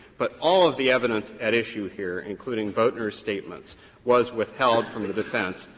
but all of the evidence at issue here including boatner's statements was withheld from the defense,